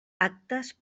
actes